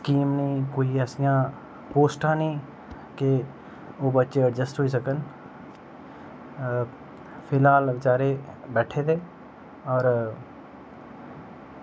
कि उनें ई में कोई ऐसियां पोस्टां निं ते ओह् बच्चे एडजस्ट होई सक्कन फिलहाल बेचारे बैठे दे होर